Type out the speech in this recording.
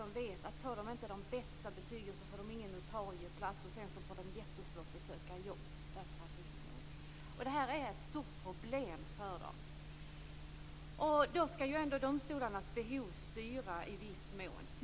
De vet att om de inte får de bästa betygen får de ingen notarieplats. Sedan är det jättesvårt att söka jobb eftersom de är så många. Det är ett stort problem för dem. Domstolarnas behov skall styra i viss mån.